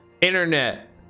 internet